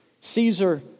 Caesar